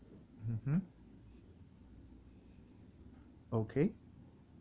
mmhmm okay